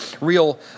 real